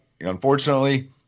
unfortunately